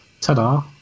Ta-da